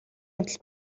явдал